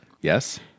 Yes